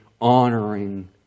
honoring